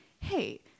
hey